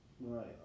Right